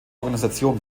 organisation